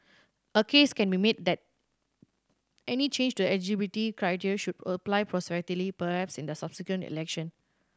a case can be made that any change to the eligibility criteria should apply prospectively perhaps in the subsequent election